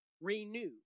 Renew